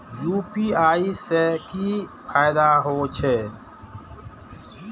UPI से की फायदा हो छे?